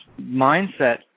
mindset